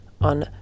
on